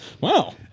Wow